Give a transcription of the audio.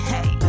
Hey